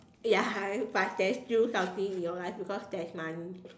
ya but there's still fighting in your life because there's money